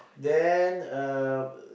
then uh